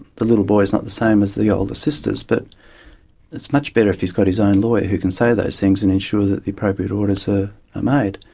the little boy is not the same as the older sisters, but it's much better if he's got his own lawyer who can say those things and ensure that the appropriate orders are ah ah made.